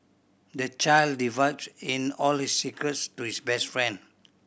the child divulged in all his secrets to his best friend